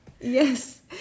Yes